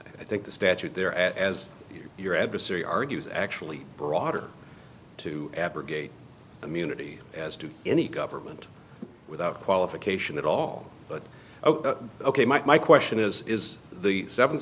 i think the statute there as your adversary argues actually broader to abrogate immunity as to any government without qualification at all but ok ok my question is is the seven